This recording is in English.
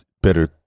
Better